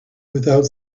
without